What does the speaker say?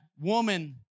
woman